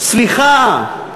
סליחה,